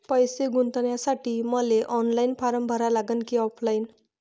पैसे गुंतन्यासाठी मले ऑनलाईन फारम भरा लागन की ऑफलाईन?